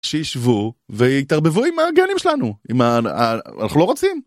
שישבו ויתערבבו עם הגנים שלנו. עם ה... אנחנו לא רוצים.